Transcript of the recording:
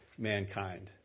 Mankind